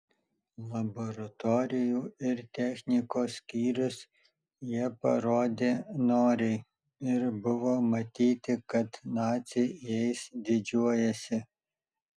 laboratorijų ir technikos skyrius jie parodė noriai ir buvo matyti kad naciai jais didžiuojasi